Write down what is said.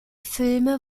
filme